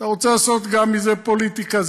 אתה רוצה לעשות גם מזה פוליטיקה?